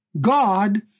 God